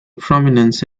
prominence